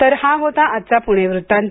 तर हा होता आजचा पुणे वृत्तांत